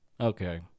Okay